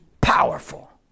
powerful